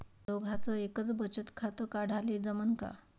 दोघाच एकच बचत खातं काढाले जमनं का?